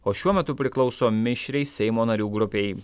o šiuo metu priklauso mišriai seimo narių grupei